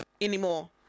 anymore